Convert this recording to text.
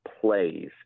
plays